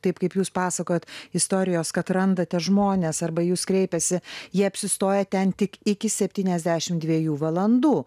taip kaip jūs pasakojat istorijos kad randate žmones arba į jus kreipiasi jie apsistoja ten tik iki septyniasdešim dviejų valandų